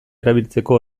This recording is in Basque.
erabiltzeko